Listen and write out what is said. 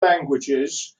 languages